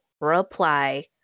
reply